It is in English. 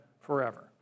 forever